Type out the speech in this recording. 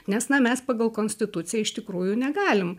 nes na mes pagal konstituciją iš tikrųjų negalim